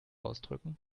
ausdrücken